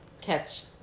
Catch